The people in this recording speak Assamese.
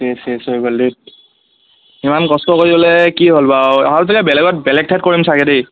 তাকে শেষ হৈ গ'ল ধেত ইমান কষ্ট কৰি হ'লে কি হ'ল বাৰু আৰু এইফালে বেলেগত বেলেগ ঠাইত কৰিম চাগে দেই